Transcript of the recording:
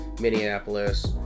Minneapolis